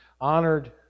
honored